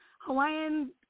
Hawaiian